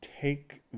take